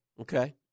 Okay